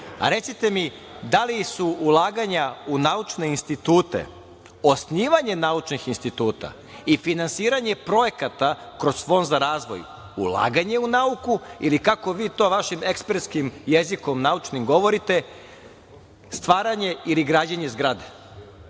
recite mi da li su ulaganja u naučne institute, osnivanje naučnih instituta i finansiranje projekata kroz Fond za razvoj ulaganje u nauku, ili kako vi to vašim ekspertskim jezikom naučnim govorite, stvaranje ili građenje zgrade?